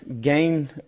gain